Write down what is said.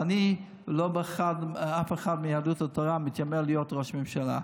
ולא אני ולא אף אחד מיהדות התורה מתיימר להיות ראש ממשלה.